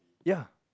ya